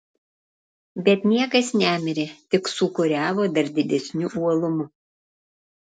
bet niekas nemirė tik sūkuriavo dar didesniu uolumu